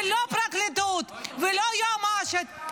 לא הפרקליטות, ולא היועמ"שית.